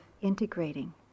integrating